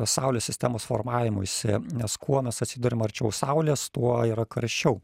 saulės sistemos formavimusi nes kuo mes atsiduriam arčiau saulės tuo yra karščiau